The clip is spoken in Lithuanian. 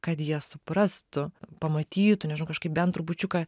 kad jie suprastų pamatytų nežinau kažkaip bent trupučiuką